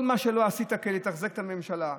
כל מה שלא עשית, כדי לתחזק את הממשלה.